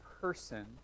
person